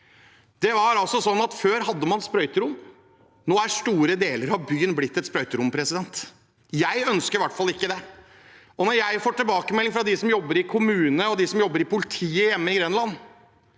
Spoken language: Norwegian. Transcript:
Det var altså sånn at før hadde man sprøyterom, nå er store deler av byen blitt et sprøyterom. Jeg ønsker i hvert fall ikke det. Jeg får tilbakemelding fra dem som jobber i kommunen eller i politiet hjemme i Grenland,